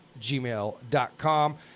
gmail.com